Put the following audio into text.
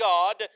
God